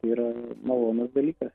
tai yra malonus dalykas